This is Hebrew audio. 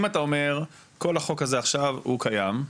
אם אתה אומר כל החוק הזה עכשיו הוא קיים,